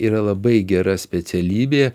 yra labai gera specialybė